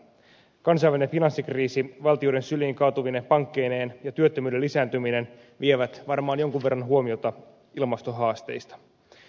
kansainvälinen finanssikriisi valtioiden syliin kaatuvine pankkeineen ja työttömyyden lisääntyminen vievät varmaan jonkun verran huomiota ilmastohaasteista